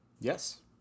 Yes